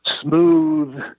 smooth